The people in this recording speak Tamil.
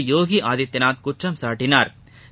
யோகிஆதித்பநாத் குற்றம் சாட்டினாா்